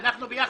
אנחנו ביחד.